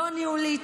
לא ניהולית,